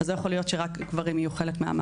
אז לא יכול להיות שגברים רק יהיו חלק מהמערכת.